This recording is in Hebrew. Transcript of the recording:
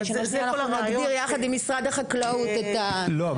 שנייה ושלישית נגדיר יחד עם משרד החקלאות את --- לא,